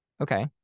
Okay